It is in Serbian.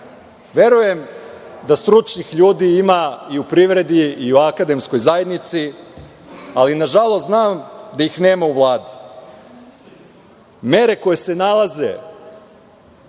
Verujem da stručnih ljudi ima i u privredi i u akademskoj zajednici, ali, nažalost, znam da ih nema u Vladi. Mere koje se nalaze